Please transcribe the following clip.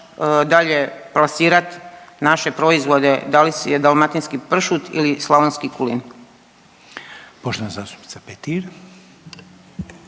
dalje plasirati naše proizvode, da li dalmatinski pršut ili slavonski kulen.